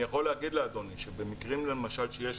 אני יכול להגיד לאדוני שבמקרים למשל שיש